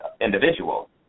individual